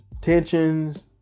tensions